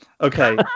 Okay